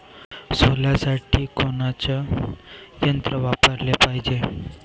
सोल्यासाठी कोनचं यंत्र वापराले पायजे?